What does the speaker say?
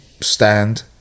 stand